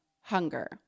hunger